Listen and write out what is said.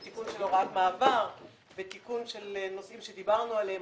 תיקון של הוראת מעבר ותיקון של נושאים שדיברנו עליהם,